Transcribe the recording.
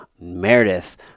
Meredith